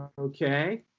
Okay